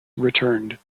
returned